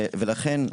ולכן,